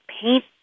paint